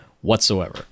whatsoever